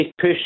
push